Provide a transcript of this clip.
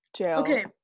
Okay